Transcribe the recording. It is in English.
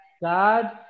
God